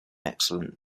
excellent